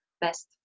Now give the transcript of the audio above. best